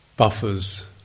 buffers